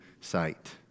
sight